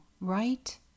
right